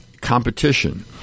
competition